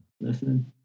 Listen